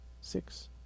six